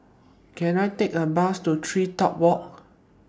Can I Take A Bus to TreeTop Walk